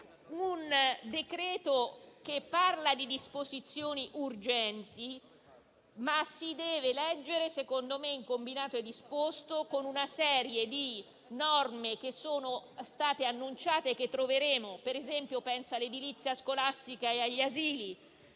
provvedimento che reca disposizioni urgenti, ma che si deve leggere, secondo me, in combinato disposto con una serie di norme che sono state annunciate - penso, per esempio, all'edilizia scolastica e agli asili